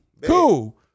Cool